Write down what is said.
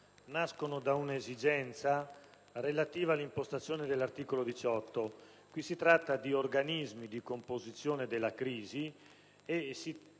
nascono da un'esigenza relativa all'impostazione dell'articolo 18 che tratta di organismi di composizione della crisi e, in